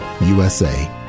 USA